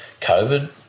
COVID